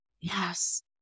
Yes